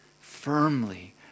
firmly